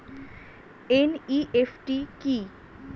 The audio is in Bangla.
এন.ই.এফ.টি কি?